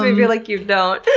me feel like you don't.